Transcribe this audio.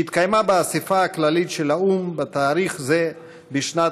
שהתקיימה באספה הכללית של האו"ם בתאריך זה בשנת